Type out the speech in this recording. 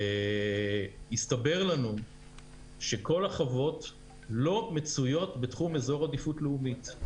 הסתבר לנו שכל החוות לא מצויות בתחום אזור עדיפות לאומית.